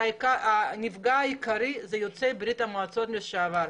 שהנפגע העיקרי זה יוצאי ברית המועצות לשעבר.